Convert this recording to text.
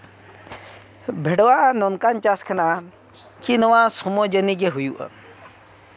ᱵᱷᱮᱰᱣᱟ ᱱᱚᱝᱠᱟᱱ ᱪᱟᱥ ᱠᱟᱱᱟ ᱠᱤ ᱱᱚᱣᱟ ᱥᱚᱢᱚᱭ ᱡᱟᱹᱱᱤ ᱜᱮ ᱦᱩᱭᱩᱜᱼᱟ